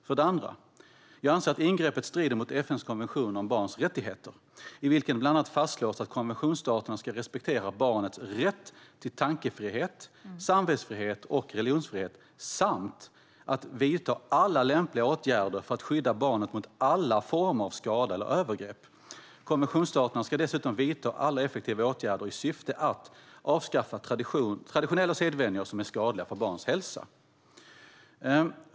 För det andra: Jag anser att ingreppet strider mot FN:s konvention om barns rättigheter, i vilken det bland annat fastslås att konventionsstaterna ska respektera barnets rätt till tankefrihet, samvetsfrihet och religionsfrihet samt vidta alla lämpliga åtgärder för att skydda barnet mot alla former av skada eller övergrepp. Konventionsstaterna ska dessutom vidta alla effektiva åtgärder i syfte att avskaffa traditionella sedvänjor som är skadliga för barns hälsa.